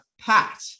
Pat